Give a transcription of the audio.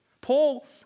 Paul